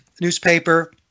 newspaper